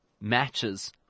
matches